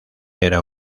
era